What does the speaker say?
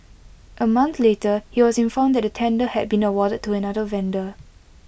A month later he was informed that the tender had been awarded to another vendor